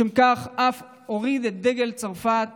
בשם כך אף הוריד את דגל צרפת